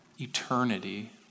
eternity